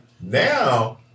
Now